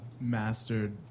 mastered